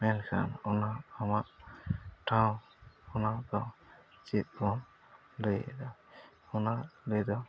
ᱢᱮᱱᱠᱷᱟᱱ ᱚᱱᱟ ᱟᱢᱟᱜ ᱴᱷᱟᱶ ᱚᱱᱟ ᱫᱚ ᱪᱮᱫᱵᱚ ᱞᱟᱹᱭ ᱮᱫᱟ ᱚᱱᱟ ᱴᱟᱺᱰᱤ ᱫᱚ